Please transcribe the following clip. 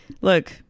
look